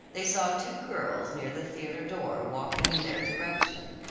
they saw two girls near the theatre door, walking in their direction.